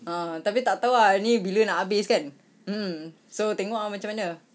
ah tapi tak tahu ah ini bila nak habis kan mm so tengok ah macam mana